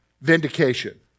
vindication